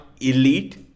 elite